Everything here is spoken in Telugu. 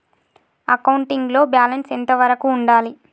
అకౌంటింగ్ లో బ్యాలెన్స్ ఎంత వరకు ఉండాలి?